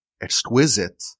exquisite